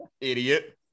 Idiot